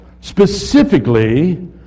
Specifically